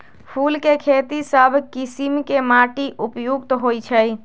फूल के खेती सभ किशिम के माटी उपयुक्त होइ छइ